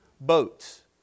boats